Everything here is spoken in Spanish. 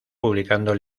publicando